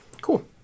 Cool